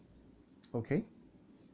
okay